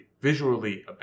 visually